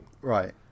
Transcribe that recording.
Right